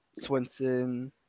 Swinson